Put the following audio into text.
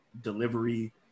delivery